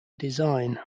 design